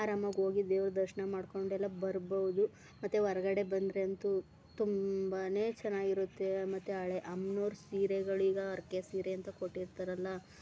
ಅರಮಾಗಿ ಹೋಗಿ ದೇವ್ರ ದರ್ಶನ ಮಾಡ್ಕೊಂಡೆಲ್ಲ ಬರ್ಬೌದು ಮತ್ತು ಹೊರ್ಗಡೆ ಬಂದ್ರೆಂತು ತುಂಬ ಚೆನ್ನಾಗಿರುತ್ತೆ ಮತ್ತು ಹಳೆ ಅಮ್ನೋರ ಸೀರೆಗಳೀಗ ಹರ್ಕೆ ಸೀರೆ ಅಂತ ಕೊಟ್ಟಿರ್ತಾರಲ್ಲ